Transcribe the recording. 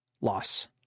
loss